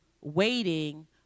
waiting